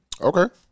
Okay